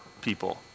people